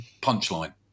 punchline